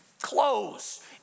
clothes